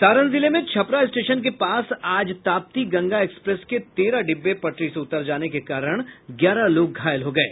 सारण जिले में छपरा स्टेशन के पास आज ताप्ती गंगा एक्सप्रेस के तेरह डिब्बे पटरी से उतर जाने के कारण ग्यारह लोग घायल हो गये